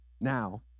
now